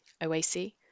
OAC